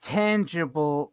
tangible